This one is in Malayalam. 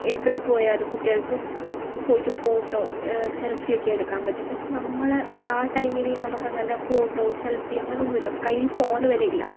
എവിടെ പോയാലും കുട്ടികള്ക്ക് പോയിട്ട് ഫോട്ടോ സെൽഫി ഒക്കെ എടുക്കാം പറ്റും പക്ഷെ നമ്മളെ ഒരു ആ ടൈമിൽ നമുക്ക് അങ്ങനെ ഫോട്ടോ സെല്ഫി അങ്ങനെ ഒന്നും ഇല്ല കൈയിൽ ഫോണ് വരെ ഇല്ല